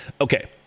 okay